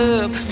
up